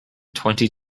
twenty